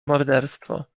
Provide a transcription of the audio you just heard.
morderstwo